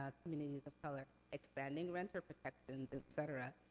ah communities of color. expanding renter protections, et cetera.